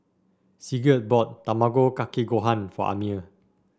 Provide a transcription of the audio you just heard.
Sigurd bought Tamago Kake Gohan for Amir